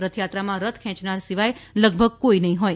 રથયાત્રામાં રથ ખેંચનાર સિવાય લગભગ કોઈ નહીં હોય